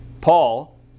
Paul